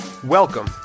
Welcome